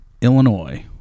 Illinois